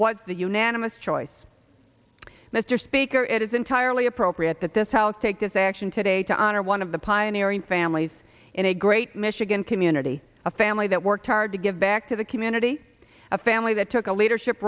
was the unanimous choice mr speaker it is entirely appropriate that this house take this action today to honor one of the pioneering families in a great michigan community a family that worked hard to give back to the community a family that took a leadership